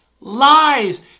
Lies